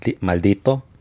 Maldito